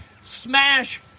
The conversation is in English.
Smash